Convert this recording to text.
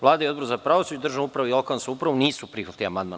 Vlada i Odbor za pravosuđe, državnu upravu i lokalnu samoupravu nisu prihvatili amandman.